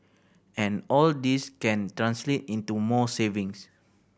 and all this can translate into more savings